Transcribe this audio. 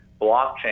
blockchain